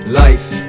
life